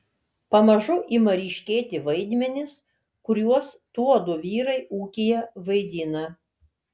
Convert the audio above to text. pamažu ima ryškėti vaidmenys kuriuos tuodu vyrai ūkyje vaidina